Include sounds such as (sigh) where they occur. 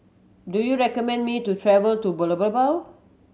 do you recommend me to travel to (unintelligible)